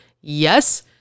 yes